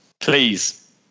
Please